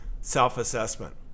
self-assessment